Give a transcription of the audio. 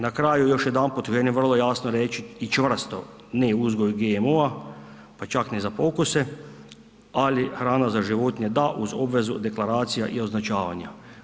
Na kraju, još jedanput želim vrlo jasno reći i čvrsto, ne uzgoju GMO-a, pa čak ni za pokuse, ali hrana za životinje da uz obvezu deklaracija i označavanja.